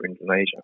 Indonesia